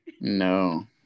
No